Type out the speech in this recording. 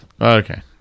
Okay